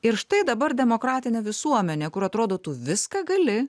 ir štai dabar demokratinė visuomenė kur atrodo tu viską gali